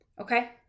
Okay